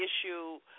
issue